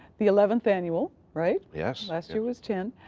the eleventh annual, right? yes. last year was ten.